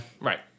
right